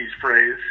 phrase